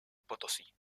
potosí